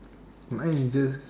mine is just